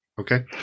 Okay